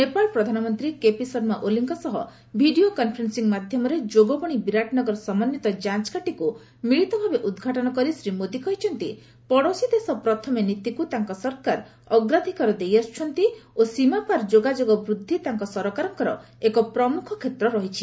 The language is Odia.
ନେପାଳ ପ୍ରଧାନମନ୍ତ୍ରୀ କେପି ଶର୍ମା ଓଲିଙ୍କ ସହ ଭିଡ଼ିଓ କନ୍ଫରେନ୍ସିଂ ମାଧ୍ୟମରେ ଯୋଗବଶି ବିରାଟନଗର ସମନ୍ଧିତ ଯାଞ୍ଚ ଘାଟିକୁ ମିଳିତ ଭାବେ ଉଦ୍ଘାଟନ କରି ଶ୍ରୀ ମୋଦି କହିଛନ୍ତି 'ପଡ଼ୋଶୀ ଦେଶ ପ୍ରଥମେ' ନୀତିକୁ ତାଙ୍କ ସରକାର ଅଗ୍ରାଧିକାର ଦେଇଆସୁଛନ୍ତି ଓ ସୀମାପାର ଯୋଗାଯୋଗ ବୃଦ୍ଧି ତାଙ୍କ ସରକାରଙ୍କର ଏକ ପ୍ରମୁଖ କ୍ଷେତ୍ର ରହିଛି